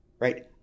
right